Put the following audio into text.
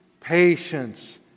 patience